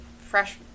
fresh